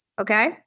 Okay